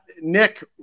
Nick